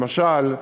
למשל,